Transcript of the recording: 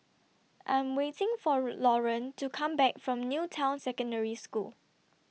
I'm waiting For Loran to Come Back from New Town Secondary School